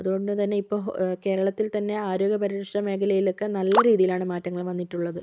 അതുകൊണ്ട് തന്നെ ഇപ്പോൾ കേരളത്തിൽ തന്നെ ആരോഗ്യ പരിരക്ഷ മേഖലയിലൊക്കെ നല്ല രീതിയിലാണ് മാറ്റങ്ങൾ വന്നിട്ടുള്ളത്